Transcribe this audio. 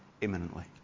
imminently